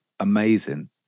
Amazing